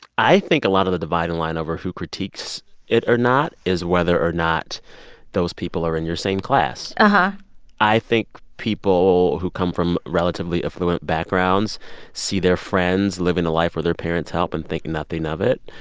i think a lot of the dividing line over who critiques it or not is whether or not those people are in your same class. but i think people who come from relatively affluent backgrounds see their friends living the life where their parents help and think nothing of it.